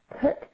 Put